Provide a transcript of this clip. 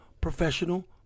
professional